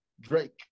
drake